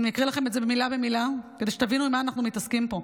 אני אקריא לכם את זה מילה במילה כדי שתבינו עם מה אנחנו מתעסקים פה.